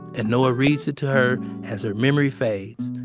and noah reads it to her as her memory fades.